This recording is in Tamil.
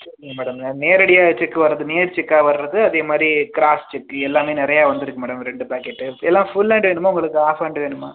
சரிங்க மேடம் நான் நேரடியாக செக் வர்றது நேர் செக்காக வர்றது அதே மாதிரி க்ராஸ் செக்கு எல்லாமே நிறையா வந்துருக்கு மேடம் ரெண்டு பாக்கெட்டு எல்லாம் ஃபுல் ஹேண்டு வேணுமா உங்களுக்கு ஆஃப் ஹேண்டு வேணுமா